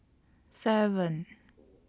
seven